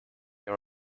they